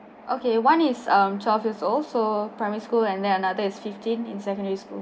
okay one is uh twelve year old primary school and then another is fifteen in secondary school